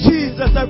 Jesus